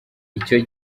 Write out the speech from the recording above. icyo